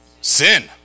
Sin